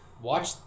Watch